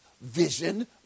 vision